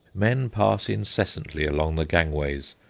men pass incessantly along the gangways,